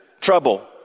trouble